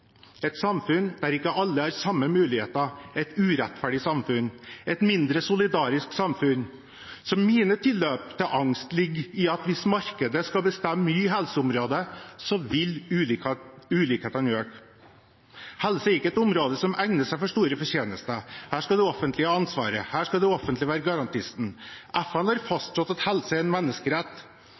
et samfunn der ikke alle har samme muligheter, et urettferdig samfunn, et mindre solidarisk samfunn. Mine tilløp til angst ligger i at hvis markedet skal bestemme mye på helseområdet, vil ulikhetene øke. Helse er ikke et område som egner seg for store fortjenester. Her skal det offentlige ha ansvaret. Her skal det offentlige være garantisten. FN har fastslått at helse er en menneskerett,